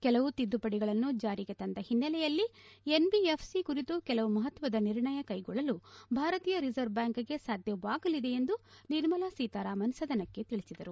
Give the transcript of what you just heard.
ಕೆಲವು ತಿದ್ದುಪಡಿಗಳನ್ನು ಜಾರಿಗೆ ತಂದ ಹಿನ್ನೆಲೆಯಲ್ಲಿ ಎನ್ಬಿಎಫ್ಸಿ ಕುರಿತು ಕೆಲವು ಮಹತ್ವದ ನಿರ್ಣಯ ಕೈಗೊಳ್ಳಲು ಭಾರತೀಯ ರಿಸರ್ವ್ ಬ್ಯಾಂಕ್ಗೆ ಸಾಧ್ಯವಾಗಲಿದೆ ಎಂದು ನಿರ್ಮಲಾ ಸೀತಾರಾಮನ್ ಸದನಕ್ಕೆ ತಿಳಿಸಿದರು